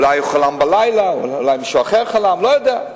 אולי הוא חלם בלילה, אולי מישהו אחר חלם, לא יודע.